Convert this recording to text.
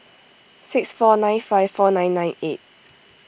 six four nine five four nine nine eight